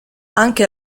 anche